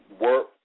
work